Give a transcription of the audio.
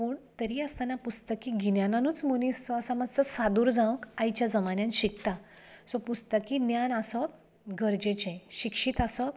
पूण तरी आसतना पुस्तकी गिन्यानानच मनीस जो आसा मातसो सादूर जावंक आयच्या जमान्यांत शिकता सो पुस्तकी ज्ञान आसप गरजेचें शिक्षीत आसप